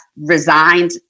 resigned